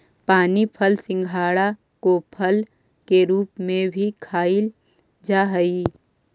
पानी फल सिंघाड़ा को फल के रूप में भी खाईल जा हई